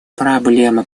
проблема